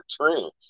true